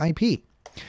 IP